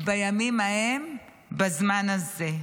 בימים ההם בזמן הזה.